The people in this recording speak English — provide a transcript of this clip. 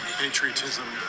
patriotism